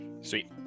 sweet